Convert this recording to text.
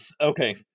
Okay